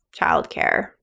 childcare